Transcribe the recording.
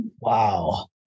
Wow